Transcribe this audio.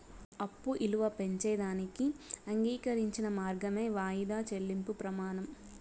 అప్పు ఇలువ పెంచేదానికి అంగీకరించిన మార్గమే వాయిదా చెల్లింపు ప్రమానం